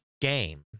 game